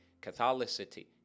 catholicity